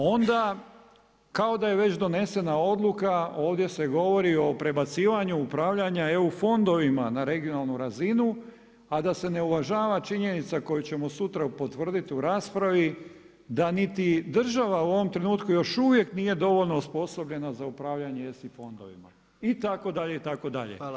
Onda kao da je već donesena odluka, ovdje se govori o prebacivanju upravljanja EU fondovima na regionalnu razinu a da se ne uvažava činjenica koju ćemo sutra potvrditi u raspravi da niti država u ovom trenutku još uvijek nije dovoljno osposobljena za upravljanje ESI fondovima, itd. itd.